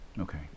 Okay